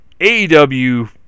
AEW